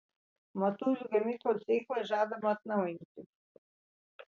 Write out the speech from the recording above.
matuizų gamyklos veiklą žadama atnaujinti